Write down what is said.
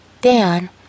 Dan